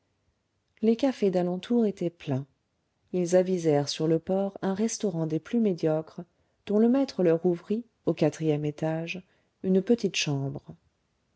les cafés d'alentour étaient pleins ils avisèrent sur le port un restaurant des plus médiocres dont le maître leur ouvrit au quatrième étage une petite chambre